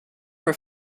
for